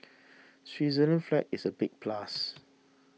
Switzerland's flag is a big plus